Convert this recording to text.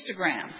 Instagram